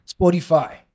Spotify